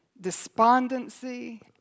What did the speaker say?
despondency